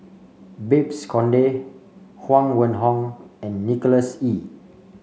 Babes Conde Huang Wenhong and Nicholas Ee